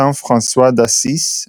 "Saint-François d'Assise",